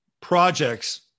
projects